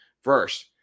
First